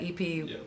EP